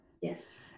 Yes